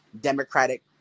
democratic